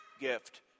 gift